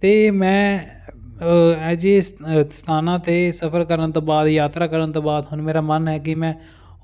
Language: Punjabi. ਅਤੇ ਮੈਂ ਅਜੇ ਸਥਾਨਾਂ 'ਤੇ ਸਫਰ ਕਰਨ ਤੋਂ ਬਾਅਦ ਯਾਤਰਾ ਕਰਨ ਤੋਂ ਬਾਅਦ ਹੁਣ ਮੇਰਾ ਮਨ ਹੈ ਕਿ ਮੈਂ